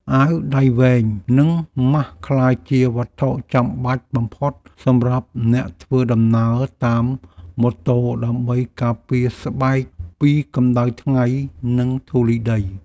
អាវដៃវែងនិងម៉ាស់ក្លាយជាវត្ថុចាំបាច់បំផុតសម្រាប់អ្នកធ្វើដំណើរតាមម៉ូតូដើម្បីការពារស្បែកពីកម្តៅថ្ងៃនិងធូលីដី។